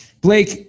Blake